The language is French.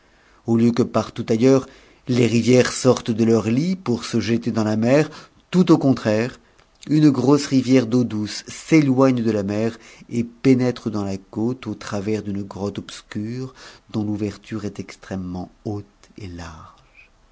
au lieu que partout ailleurs les rivières sortent de leur lit pour se jeter dans la mer tout au contraire une grosse rivière j'eau douce s'éloigne de la mer et pénètre dans la côte au travers d'une grotte obscure dont l'ouverture est extrêmement haute et large